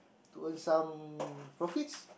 to earn some profits